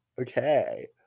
Okay